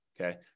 Okay